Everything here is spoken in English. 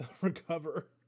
recover